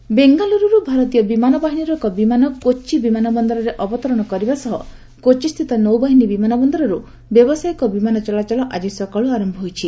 କେରଳ ଫୁଡ ବେଙ୍ଗାଲ୍ରରୁରୁ ଭାରତୀୟ ବିମାନ ବାହିନୀର ଏକ ବିମାନ କୋଚି ବିମାନ ବନ୍ଦରରେ ଅବତରଣ କରିବା ସହ କୋଚିସ୍ଥିତ ନୌବାହିନୀ ବିମାନ ବନ୍ଦରରୁ ବ୍ୟବସାୟିକ ବିମାନ ଚଳାଚଳ ଆଜି ସକାଳୁ ଆରମ୍ଭ ହୋଇଛି